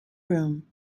room